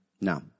No